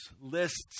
lists